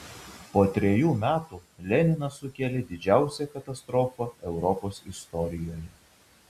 po trejų metų leninas sukėlė didžiausią katastrofą europos istorijoje